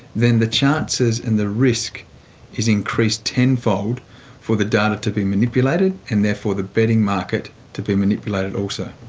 then the chances and the risk is increased ten fold for the data to be manipulated and therefore the betting market to be manipulated also.